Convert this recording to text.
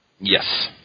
Yes